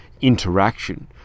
interaction